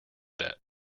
that